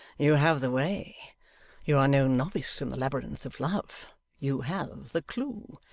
you have the way you are no novice in the labyrinth of love you have the clue.